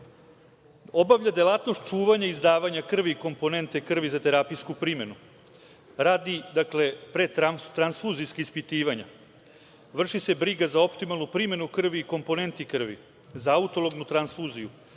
obavlja delatnost čuvanja i izdavanja krvi i komponente krvi za terapijsku primenu, radi, dakle, predtransfuzijska ispitivanja. Vrši se briga za optimalnu primenu krvi i komponenti krvi za autolognu transfuziju,